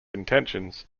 intentions